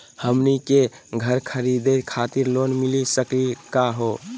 हमनी के घर खरीदै खातिर लोन मिली सकली का हो?